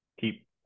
keep